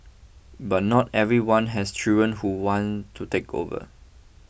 but not everyone has children who want to take over